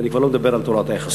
ואני כבר לא מדבר על תורת היחסות,